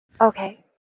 Okay